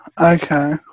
Okay